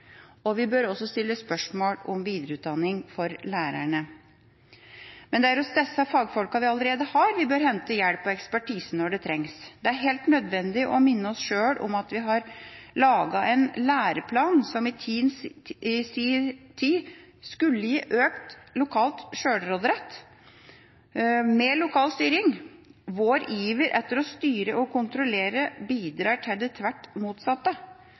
Vi bør også stille spørsmål om videreutdanning for lærerne. Men det er hos disse fagfolkene vi allerede har, vi bør hente hjelp og ekspertise når det trengs. Det er helt nødvendig å minne oss sjøl om at vi har laget en læreplan som i si tid skulle gi økt lokal sjølråderett med lokal styring. Vår iver etter å styre og kontrollere bidrar til det helt motsatte.